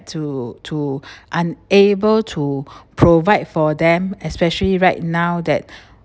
to to unable to provide for them especially right now that